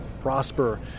prosper